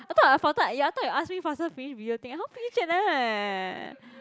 I thought I I thought you ask me faster finish video thing how finish like that